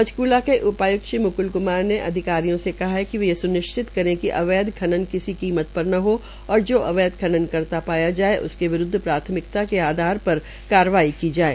पंचकूला के उपायुक्त श्री मुकेल कुमार ने अधिकारियों ये कहा है कि वे यह स्निश्चित करे कि अवैध खनन किसी कीमत पर न हो और जो अवैध खनन करता पाया जाये उसके विरूद्व प्राथमिकता के आधार पर कार्रवाई की जाये